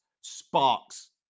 sparks